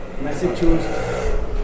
Massachusetts